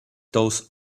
those